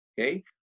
Okay